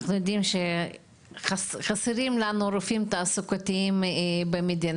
אנחנו יודעים שחסרים לנו רופאים תעסוקתיים במדינה,